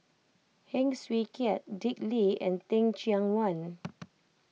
Heng Swee Keat Dick Lee and Teh Cheang Wan